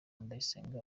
ndayisenga